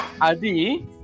Adi